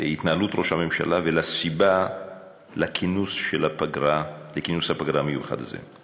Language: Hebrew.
להתנהלות ראש הממשלה ולסיבה לכינוס הפגרה המיוחד הזה.